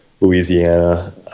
Louisiana